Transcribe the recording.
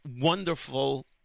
wonderful